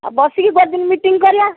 ବସିକି ଗୋଟେଦିନ ମିଟିଂ କରିବା